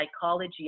psychology